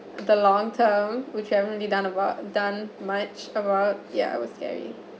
the long term which haven't really done about done much about ya it was scary